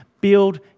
build